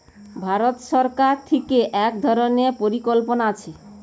ভারত সরকার থিকে এক ধরণের পরিকল্পনা আছে